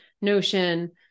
notion